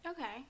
Okay